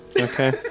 okay